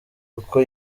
kuko